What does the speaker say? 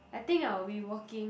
I think I will be working